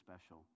special